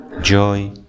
Joy